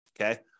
Okay